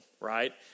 right